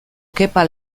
kepa